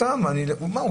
היגיון.